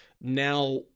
now